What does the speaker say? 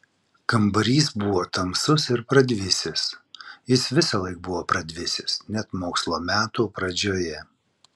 kambarys buvo tamsus ir pradvisęs jis visąlaik buvo pradvisęs net mokslo metų pradžioje